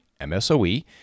MSOE